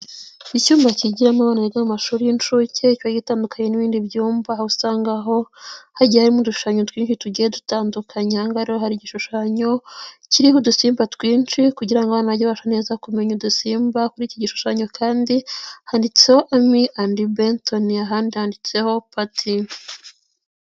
lcyuyuma kigiramo abana biga mu amashuri y'inshuke kiba gitandukanye n'ibindi byumba, aho usanga ho hagiye harimo udushanyo twinshi tugiye dutandukanye. Aha ngaha rero hari igishushanyo kiriho udusimba twinshi, kugira ngo abana bajye babasha neza kumenya udusimba, kuri iki gishushanyo kandi handitseho amy and benton, ahandi handitseho party.